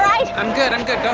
right? i'm good. i'm good. go.